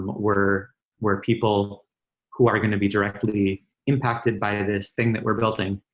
were were people who are gonna be directly impacted by this thing that we're building,